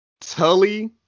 Tully